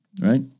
Right